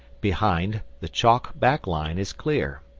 behind, the chalk back line is clear.